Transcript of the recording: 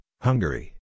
Hungary